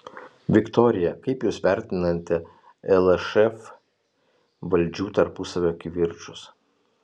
viktorija kaip jūs vertinate lšf valdžių tarpusavio kivirčus